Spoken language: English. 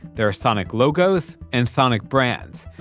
there are sonic logos and sonic brands.